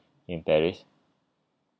in paris